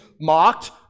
mocked